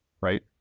right